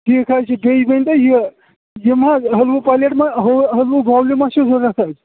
ٹھیٖک حظ چھُ بیٚیہِ ؤنۍ تو یہِ یِم حظ حٔلوٕ پَلیٹ حٔلوٕ حٔلوٕ بَولہِ مہ چھِ ضروٗرت تۄہہِ